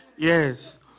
Yes